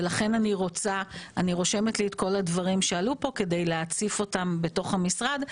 אני רושמת את כל הדברים שעלו פה כדי להציף אותם בתוך המשרד,